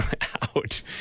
out